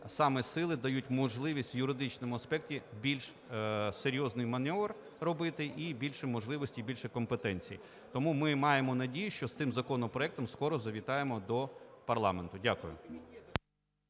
саме сили дають можливість в юридичному аспекті більш серйозний маневр робити і більше можливостей, і більше компетенцій. Тому ми маємо надію, що з цим законопроектом скоро завітаємо до парламенту. Дякую.